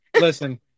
Listen